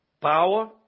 power